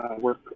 work